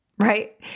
Right